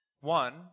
One